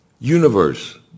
Universe